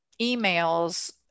emails